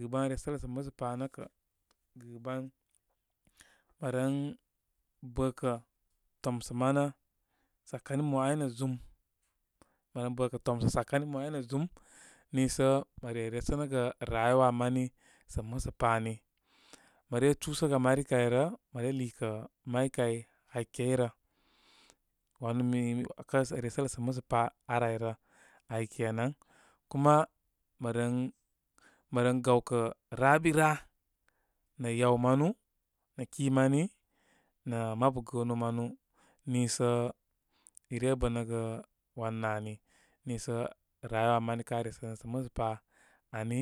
Gɨban resələ sə' musa pa nə kə', gɨban mə ren bə' kə' tomsə manə sakani mo abary nə zum mə ren bə' kə' tomsə sakmi mə ay nə zum, niisə mə re resəgə rayuwa mani sə' musə pa ani. Mə re chusəgə mari kay rə'. mə re liikə' may kay hakey rə. wanu mi mi 'wakə sə resələ ə musə pa ar ayrə abary kenan. Kuma mə ren, mə ren gawkə' rabira nə' yaw manu nə ki mani nə mabu gə'ə nubarubar manu. Nissə ike bənəgə wan nə ani. Nii sə rayuwa mani ka' resə sə' mesə pa ani.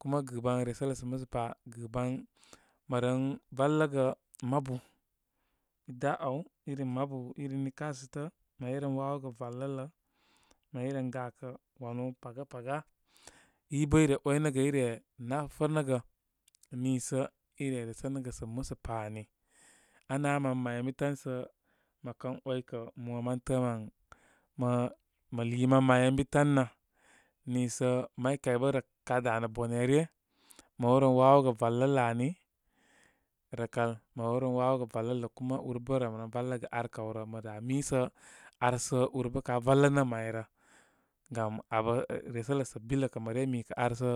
Kuma gɨban rɨsələ sə musa pa, gɨban mə ren valəgə mabu i da' abarw, irin mabu irin in kasətə money ren wawoga valələ mə rey ren gakə' wanu paga paga. I bə' i re 'wakənəgə i re nafənəgə niisə i re resagə sə musə pa ani. A na' man may ən bi tan sə, mə kə 'way kə', mo mən tə'ə' mə mə lii man may ən bi tan nə. Niisə may kay bə' ka' danə bone ryə, mə rewren wawogə valələ' ani. Rakal mə rew ren wawagə valili. kuma urbə remren valəgə ar kawrə. illə da misə ar sə ur bə ka valəm ayrə. Gam abə resələ sə bilekə mə re mi kə ar sə.